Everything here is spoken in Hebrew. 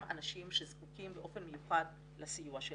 אנשים שזקוקים באופן מיוחד לסיוע שלנו.